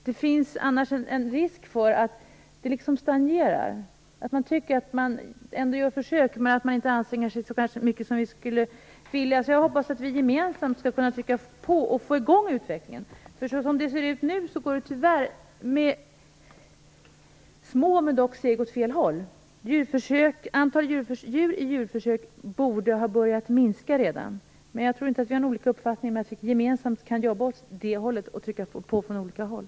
Det finns annars en risk för att det liksom stagnerar, att man tycker att man gör försök men att man ändå inte anstränger sig så mycket som vi skulle vilja. Jag hoppas därför att vi gemensamt skall kunna trycka på och få i gång utvecklingen. Som det ser ut nu går det tyvärr åt fel hål, om än med små steg. Antalet djur i djurförsök borde ha börjat minska redan. Jag tror inte att vi har olika uppfattningar i frågan, men jag tycker att vi gemensamt kan jobba för den här saken och trycka på från olika håll.